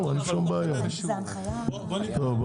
היושב ראש, אנחנו צריכים חמש דקות.